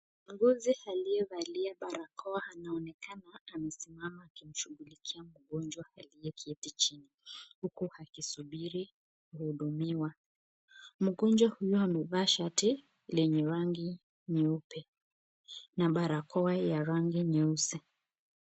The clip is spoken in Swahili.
Muuguzi aliyevalia barakoa anaonekana amesimama akimshughulikia mgonjwa aliyeketi chini, huku akisubiri kuhudumiwa, mgonjwa huyu amevaa shati lenye rangi nyeupe na barakoa ya rangi nyeusi.